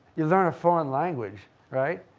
you learn a foreign language, right,